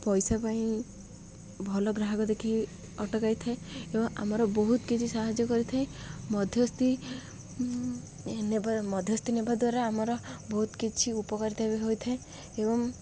ପଇସା ପାଇଁ ଭଲ ଗ୍ରାହକ ଦେଖି ଅଟକାଇ ଥାଏ ଏବଂ ଆମର ବହୁତ କିଛି ସାହାଯ୍ୟ କରିଥାଏ ମଧ୍ୟସ୍ଥି ବା ମଧ୍ୟସ୍ଥି ନେବା ଦ୍ୱାରା ଆମର ବହୁତ କିଛି ଉପକାରିତା ବି ହୋଇଥାଏ ଏବଂ